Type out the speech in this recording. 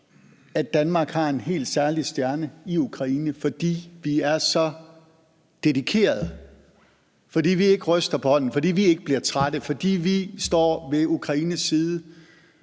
at Danmark har en helt særlig stjerne i Ukraine, fordi vi er så dedikerede, fordi vi ikke ryster på hånden, fordi vi ikke bliver trætte, fordi vi står ved Ukraines side,